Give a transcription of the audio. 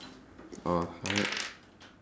orh